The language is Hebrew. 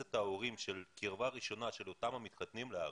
את ההורים של קרבה ראשונה של אותם המתחתנים לארץ?